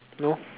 no